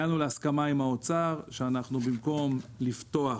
הגענו להסכמה עם האוצר, שבמקום לפתוח